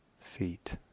Feet